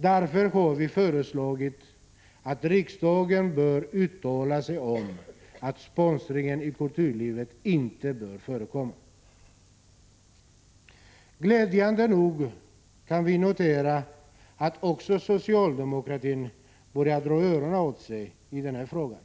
Därför har vi föreslagit att riksdagen skall uttala sig om att sponsringen av kulturlivet inte bör förekomma. Glädjande nog kan vi notera att också socialdemokratin börjar dra öronen åt sig i denna fråga